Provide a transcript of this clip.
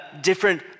different